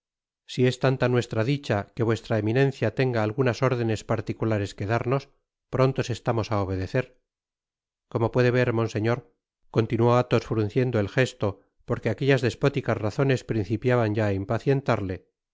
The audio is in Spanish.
si es tanta nuestra dicha que vuestra eminencia tenga algunas órdenes particulares que darnos prontos estamos á obedecer como puede ver monseñor continuó athos frunciendo el jesto porque aquellas despóticas razones principiaban ya á impacientarle